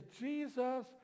Jesus